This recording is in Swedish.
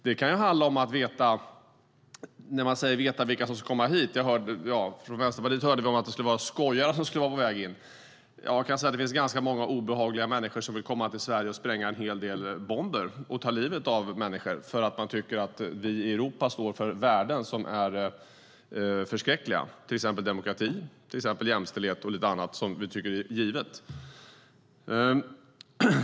Det kan handla om att veta vilka som ska komma hit. Från Vänsterpartiet hörde vi att det skulle vara skojare som skulle vara på väg in. Det finns ganska många obehagliga människor som vill komma till Sverige och spränga en hel del bomber och ta livet av människor för att de tycker att vi i Europa står för värden som är förskräckliga, till exempel demokrati, jämställdhet och lite annat som vi tycker är givet.